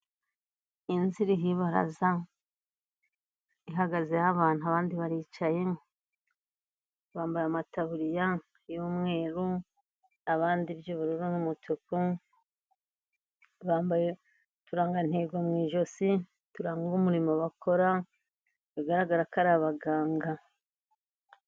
Inzu iriho ibaraza, ihagazeho abantu abandi baricaye, bambara amataburiya y'umweru, abandi iby'ubururu n'umutuku, bambaye uturangantego mu ijosi turanga umurimo bakora, bigaragara ko ari abaganga.